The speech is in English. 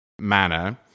manner